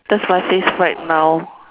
that's my face right now